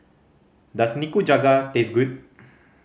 does Nikujaga taste good